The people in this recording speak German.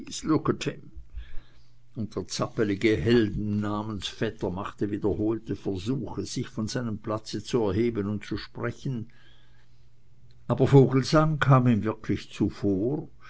und der zapplige heldennamensvetter machte wiederholte versuche sich von seinem platze zu erheben und zu sprechen aber vogelsang kam ihm wirklich zuvor